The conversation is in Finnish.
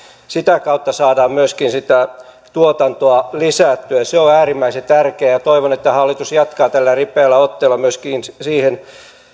sitä kautta saadaan myöskin sitä tuotantoa lisättyä se on äärimmäisen tärkeää ja toivon että hallitus jatkaa tällä ripeällä otteella myöskin siihen